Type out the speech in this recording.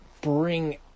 bring